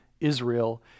Israel